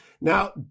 now